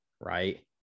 right